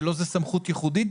שלו זה סמכות ייחודית,